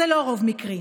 זה לא רוב מקרי.